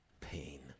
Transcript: pain